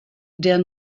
der